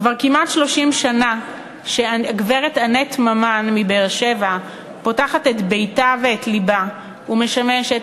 כבר כמעט 30 שנה הגברת אנט ממן מבאר-שבע פותחת את ביתה ואת לבה ומשמשת,